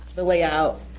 the layout,